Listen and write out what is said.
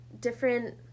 different